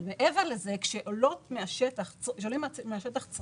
אבל מעבר לזה כשעולים מהשטח צרכים